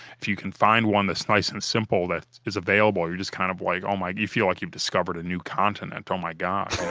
if you can find one that's nice and simple that is available, you're just kind of like, oh my, you feel like you've discovered a new continent. oh my god,